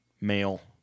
male